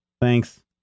thanks